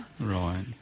Right